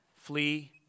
Flee